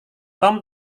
tom